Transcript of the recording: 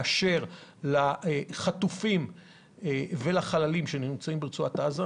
באשר לחטופים ולחללים שנמצאים ברצועת עזה.